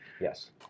Yes